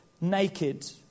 naked